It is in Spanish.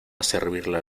servirla